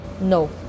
No